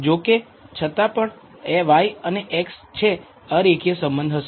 જોકે છતાં પણ y અને x છે અરેખીય સંબંધ હશે